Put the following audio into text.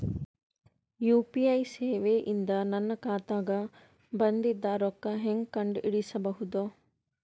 UPI ಸೇವೆ ಇಂದ ನನ್ನ ಖಾತಾಗ ಬಂದಿದ್ದ ರೊಕ್ಕ ಹೆಂಗ್ ಕಂಡ ಹಿಡಿಸಬಹುದು?